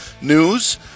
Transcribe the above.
news